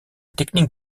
technique